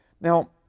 Now